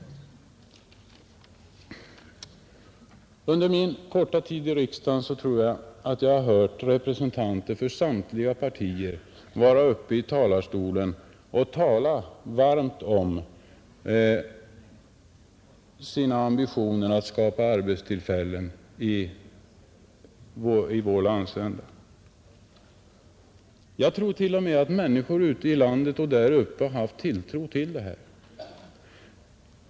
Under min korta tid i riksdagen tror jag mig ha hört representanter för samtliga partier tala varmt om sina ambitioner att skapa arbetstillfällen i vår landsända uppe i norr, Jag tror t.o.m. att människor ute i landet liksom även där uppe har haft tilltro till det.